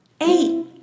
eight